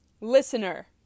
listener